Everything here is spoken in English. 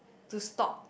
to stop